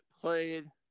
played